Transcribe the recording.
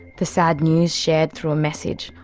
the sad news shared through a message,